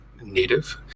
native